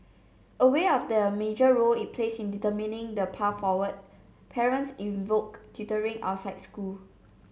aware of the major role it plays in determining the path forward parents invoke tutoring outside school